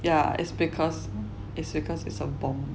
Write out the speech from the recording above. yeah it's because it's because it's a bomb